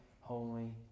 holy